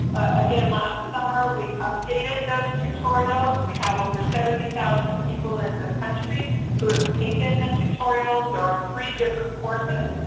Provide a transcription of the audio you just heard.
again, last summer, we updated those tutorials. we have over seventy thousand people in the country who have taken the tutorials. there are three different courses.